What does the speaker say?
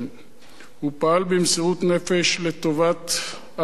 הוא פעל במסירות נפש לטובת עם ישראל,